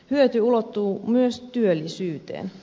hyöty ulottuu myös työllisyyteen